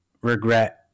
regret